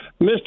Mr